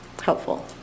helpful